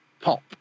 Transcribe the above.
pop